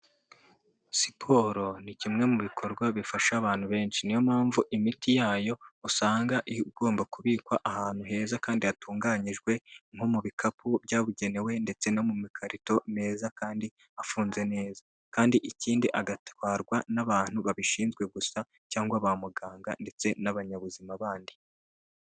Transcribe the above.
Siporo ni kimwe mu bikorwa bifasha abantu benshi niyo mpamvu imiti yayo usanga igomba kubikwa ahantu heza kandi hatunganyijwe nko mu bi bikapu byabugenewe ndetse no mu makarito meza kandi afunze neza kandi ikindi agatwarwa n'abantu babishinzwe gusa cyangwa ba muganga ndetse n'abanyabuzima bandi.